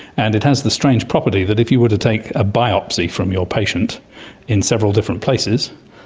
and it has the strange property that if you were to take a biopsy from your patient in several different places,